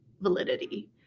validity